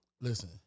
Listen